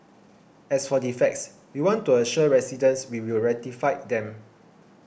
as for defects we want to assure residents we will rectify them